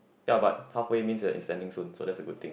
ya but halfway means that it's ending soon so that's a good thing